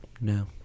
No